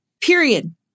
period